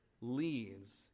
leads